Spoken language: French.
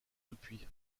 depuis